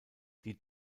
die